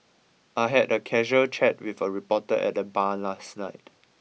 I had a casual chat with a reporter at the bar last night